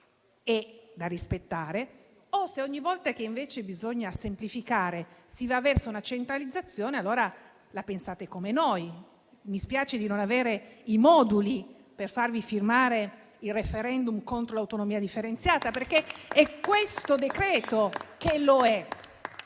da rispettare o se ogni volta che invece bisogna semplificare, si va verso una centralizzazione, allora la pensate come noi. Mi spiace non avere i moduli per farvi firmare il *referendum* contro l'autonomia differenziata perché questo decreto lo è.